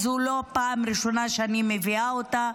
וזו לא פעם ראשונה שאני מביאה אותה.